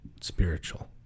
spiritual